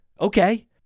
Okay